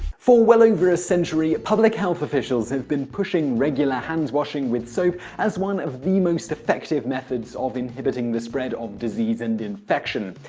for well over a century, public health officials have been pushing regular hand washing with soap as one of the most effective methods of inhibiting the spread of disease and infection.